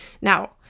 Now